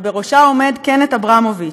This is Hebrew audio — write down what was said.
ובראשה עומד קנת אברמוביץ.